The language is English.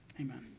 Amen